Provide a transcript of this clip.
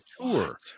tour